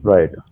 Right